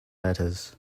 letters